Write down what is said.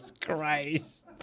Christ